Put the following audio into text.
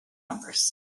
numbers